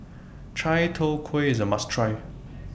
Chai Tow Kuay IS A must Try